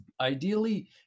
Ideally